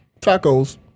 Tacos